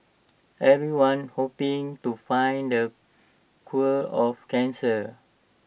everyone's hoping to find the cool of cancer